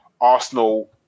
Arsenal